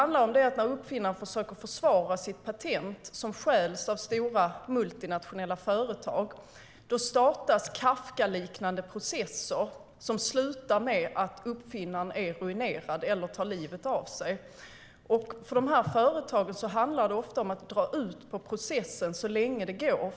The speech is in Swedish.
När uppfinnaren försöker försvara sitt patent, som stjäls av stora multinationella företag, startas Kafkaliknande processer som slutar med att uppfinnaren ruineras eller tar livet av sig. För företagen handlar det ofta om att dra ut på processen så länge det går.